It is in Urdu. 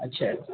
اچھا